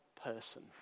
person